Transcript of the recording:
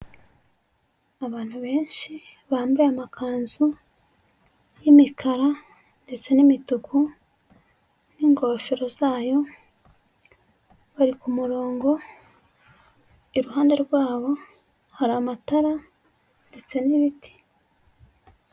Abantu benshi bambaye amakanzu y'imikara ndetse n'imituku n'ingofero zayo, bari ku murongo; iruhande rwabo hari amatara ndetse n'ibiti.